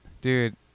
dude